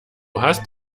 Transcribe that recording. hast